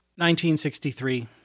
1963